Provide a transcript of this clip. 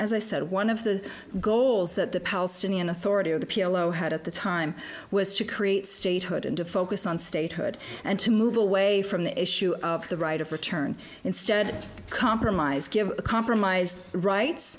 as i said one of the goals that the palestinian authority of the p l o had at the time was to create statehood and to focus on statehood and to move away from the issue of the right of return instead of compromise give a compromise rights